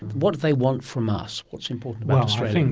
what do they want from us? what's important about australia?